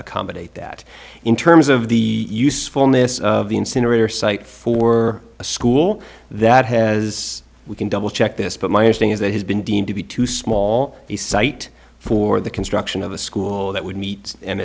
accommodate that in terms of the usefulness of the incinerator site for a school that has we can double check this but my instinct is that has been deemed to be too small a site for the construction of a school that would meet and